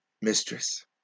mistress